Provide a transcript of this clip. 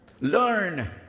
learn